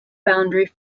boundary